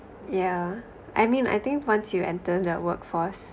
yeah I mean I think once you enter the workforce